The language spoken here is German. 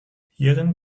hierin